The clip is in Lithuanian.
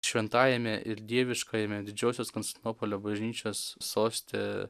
šventajame ir dieviškajame didžiosios konstantinopolio bažnyčios soste